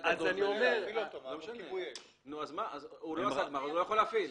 אם הוא לא עשה גמר, הוא לא יכול להפעיל.